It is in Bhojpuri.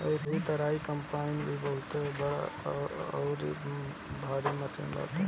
एही तरही कम्पाईन भी बहुते बड़ अउरी भारी मशीन बाटे